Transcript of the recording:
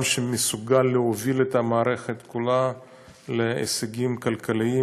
שמסוגל להוביל את המערכת כולה להישגים כלכליים,